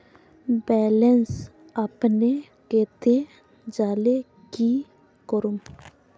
Balance अपने कते जाले की करूम?